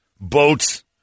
boats